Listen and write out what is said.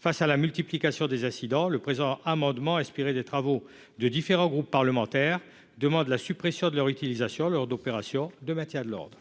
Face à la multiplication des incidents, le présent amendement, inspiré des travaux de différents groupes parlementaires, vise à supprimer l'utilisation de telles armes lors d'opérations de maintien de l'ordre.